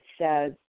says